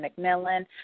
McMillan